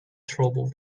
trouble